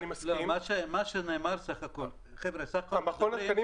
שהם אומרים כי יש מענקים